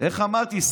איך אמרתי?